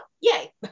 yay